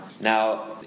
Now